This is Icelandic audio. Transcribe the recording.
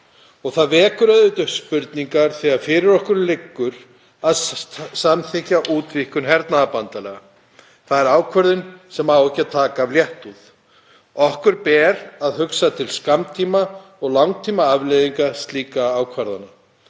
Það vekur auðvitað upp spurningar þegar fyrir okkur liggur að samþykkja útvíkkun hernaðarbandalaga. Það er ákvörðun sem á ekki að taka af léttúð. Okkur ber að hugsa til skammtíma- og langtímaafleiðinga slíkra ákvarðana,